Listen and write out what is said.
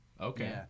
Okay